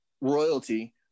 royalty